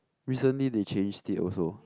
recently they changed it also